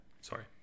Sorry